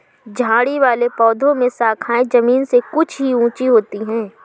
झाड़ी वाले पौधों में शाखाएँ जमीन से कुछ ही ऊँची होती है